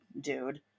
dude